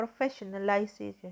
professionalization